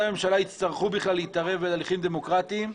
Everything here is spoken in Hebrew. הממשלה יצטרכו בכלל להתערב בהליכים דמוקרטיים.